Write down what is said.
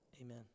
Amen